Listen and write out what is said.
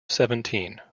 seventeen